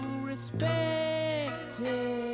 respected